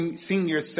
senior